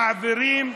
מרחיבים,